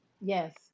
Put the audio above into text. Yes